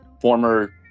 former